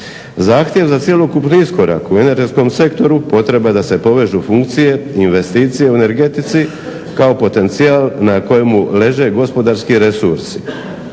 Zahtjev za cjelokupni iskorak u energetskom sektoru potreba je da se povežu funkcije i investicije u energetici kao potencijal na kojemu leže gospodarski resursi.